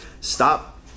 stop